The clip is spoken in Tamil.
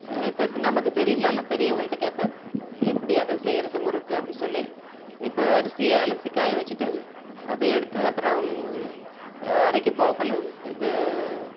இப்ப நமக்கு தெரியலனாலும் பெரியவங்கள்கிட்ட கேட்பேன் எப்படி அதை செய்யுறது முறுக்கு அப்படின்னு சொல்லி இப்போ அரிசியை அலசி காய வெச்சுட்டு அதை எடுத்து அப்புறம் அரைக்க போகக்குள்ள இது